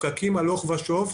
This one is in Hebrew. פקקים הלוך ושוב,